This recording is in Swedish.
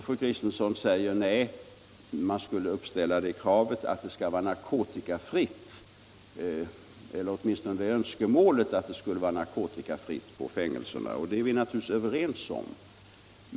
Fru Kristensson säger att man skulle uppställa det kravet att det skulle vara narkotikafritt eller åtminstone uppställa ett önskemål om att det skulle vara narkotikafritt på fängelserna. Det är vi naturligtvis överens om.